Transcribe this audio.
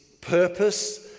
purpose